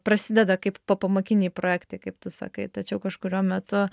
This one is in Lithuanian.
prasideda kaip popamokiniai projektai kaip tu sakai tačiau kažkuriuo metu